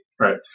Right